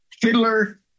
fiddler